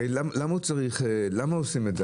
למה עושים את זה?